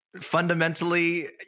Fundamentally